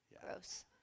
Gross